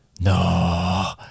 No